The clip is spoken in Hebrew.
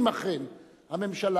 אם אכן הממשלה,